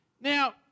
Now